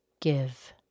give